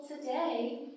today